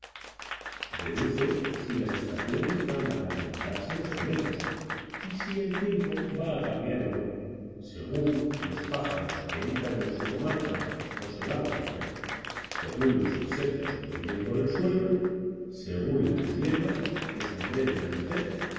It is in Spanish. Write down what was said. deduce si las estaciones van a adelantarse más o menos y si el tiempo va a cambiar o no según los pájaros que entran en su comarca o se van de ella según los insectos que bullen por el suelo según las hierbas que se atreven a nacer